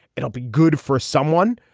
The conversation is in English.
it'll be good for someone,